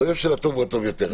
של הטוב הוא הטוב יותר.